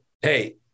Hey